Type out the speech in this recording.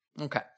Okay